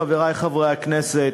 חברי חברי הכנסת,